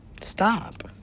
stop